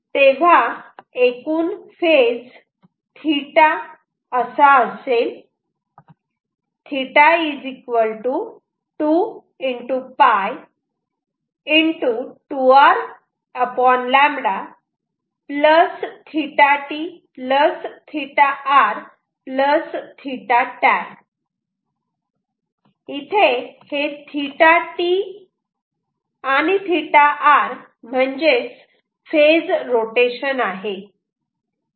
तेव्हा एकूण phase theta असा असेल इथे हे म्हणजेच फेज रोटेशन आहे